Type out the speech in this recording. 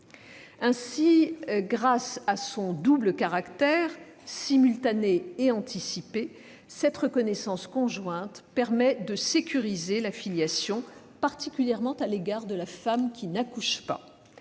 Ainsi, grâce à son double caractère- elle est simultanée et anticipée -, cette reconnaissance conjointe permet de sécuriser la filiation, particulièrement à l'égard de la femme qui n'accouche pas.